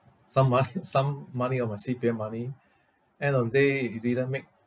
some mo~ some money of my C_P_F money end of the day it didn't make